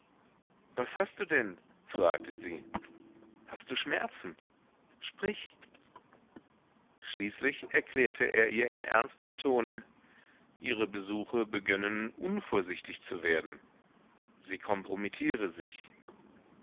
was hast du denn fragte sie hast du schmerzen sprich schließlich erklärte er ihr in ernstem tone ihre besuche begönnen unvorsichtig zu werden sie kompromittiere sich